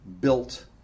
built